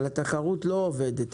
אבל התחרות לא עובדת,